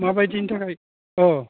मा बायदिनि थाखाय औ